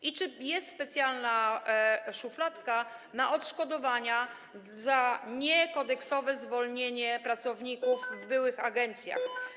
I czy jest specjalna szufladka na odszkodowania za niekodeksowe zwolnienie pracowników w byłych agencjach?